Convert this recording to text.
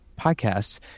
podcasts